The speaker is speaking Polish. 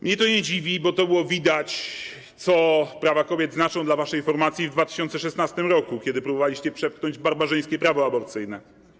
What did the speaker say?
Mnie to nie dziwi, bo było widać, co prawa kobiet znaczą dla waszej formacji, w 2016 r., kiedy próbowaliście przepchnąć barbarzyńskie prawo aborcyjne.